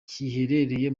giherereye